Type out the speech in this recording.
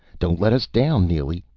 don't let us down, neely!